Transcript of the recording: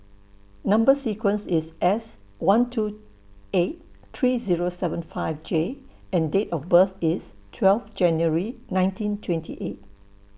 Number sequence IS S one two eight three Zero seven five J and Date of birth IS twelve January nineteen twenty eight